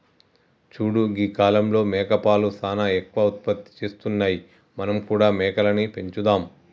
చూడు గీ కాలంలో మేకపాలు సానా ఎక్కువ ఉత్పత్తి చేస్తున్నాయి మనం కూడా మేకలని పెంచుదాం